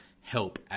help